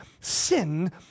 Sin